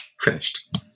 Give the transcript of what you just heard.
finished